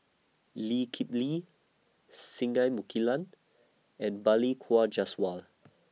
Lee Kip Lee Singai Mukilan and Balli Kaur Jaswal